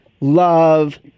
love